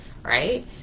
right